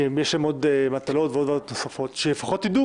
כי יש להם עוד מטלות ועוד תוספות שלפחות ידעו